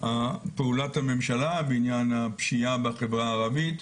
פעולת הממשלה בעניין הפשיעה בחברה הערבית.